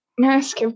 mask